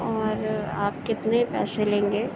اور آپ کتنے پیسے لیں گے